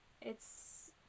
It's-